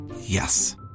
Yes